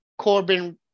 Corbyn